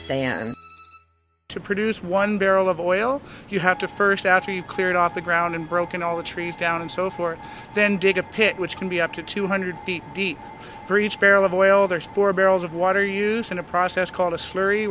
sand to produce one barrel of oil you have to first after you've cleared off the ground and broken all the trees down and so forth then dig a pit which can be up to two hundred feet deep for each barrel of oil there's four barrels of water used in a process called a slurry